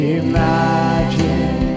imagine